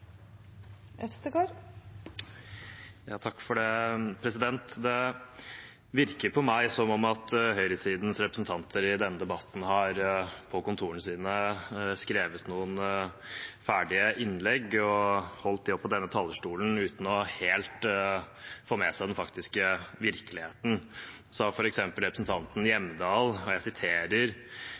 Det virker på meg som om høyresidens representanter i denne debatten har skrevet ferdig noen innlegg på kontorene sine og holdt dem fra denne talerstolen, uten helt å få med seg den faktiske virkeligheten. Representanten Hjemdal sa, og jeg siterer,